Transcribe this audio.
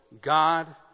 God